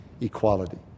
equality